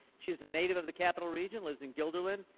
she's a native of the capital region, lives in guilderland,